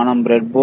సరియైనదా